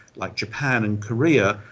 like japan and korea,